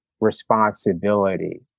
responsibility